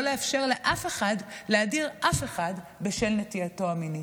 לאפשר לאף אחד להדיר אף אחד בשל נטייתו המינית.